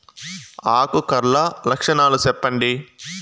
ఆకు కర్ల లక్షణాలు సెప్పండి